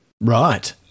Right